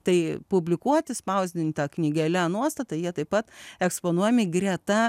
tai publikuoti spausdinta knygele nuostatai jie taip pat eksponuojami greta